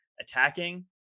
attacking